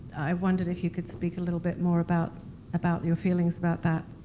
i wondered if you could speak a little bit more about about your feelings about that.